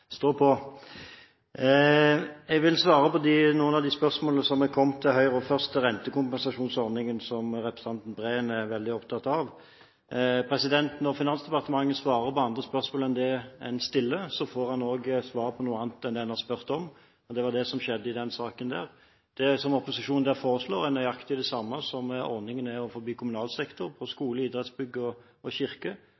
Jeg vil svare på noen av de spørsmålene som er kommet til Høyre. Først til rentekompensasjonsordningen, som representanten Breen er veldig opptatt av: Når Finansdepartementet svarer på andre spørsmål enn dem en stiller, får en også svar på noe annet enn det en har spurt om, og det var det som skjedde i den saken. Det som opposisjonen der foreslår, er nøyaktig det samme som ordningen er innenfor kommunal sektor, på